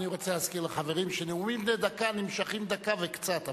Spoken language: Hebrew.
אני רוצה להזכיר לחברים שנאומים בני דקה נמשכים דקה וקצת,